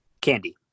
Candy